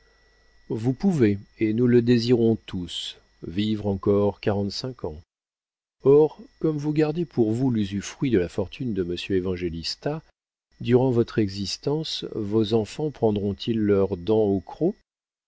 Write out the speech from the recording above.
vous pouvez et nous le désirons tous vivre encore quarante-cinq ans or comme vous gardez pour vous l'usufruit de la fortune de monsieur évangélista durant votre existence vos enfants pendront ils leurs dents au